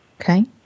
Okay